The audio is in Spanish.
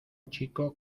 chico